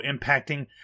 impacting